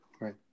right